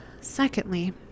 Secondly